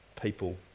people